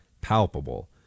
palpable